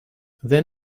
then